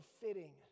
fitting